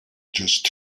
just